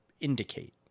indicate